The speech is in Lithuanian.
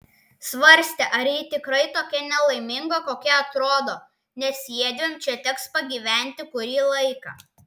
svarstė ar ji tikrai tokia nelaiminga kokia atrodo nes jiedviem čia teks pagyventi kurį laiką